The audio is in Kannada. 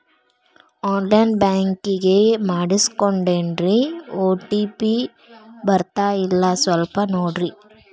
ಆನ್ ಲೈನ್ ಬ್ಯಾಂಕಿಂಗ್ ಮಾಡಿಸ್ಕೊಂಡೇನ್ರಿ ಓ.ಟಿ.ಪಿ ಬರ್ತಾಯಿಲ್ಲ ಸ್ವಲ್ಪ ನೋಡ್ರಿ